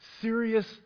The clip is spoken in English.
serious